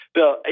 Bill